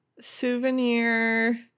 souvenir